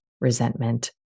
resentment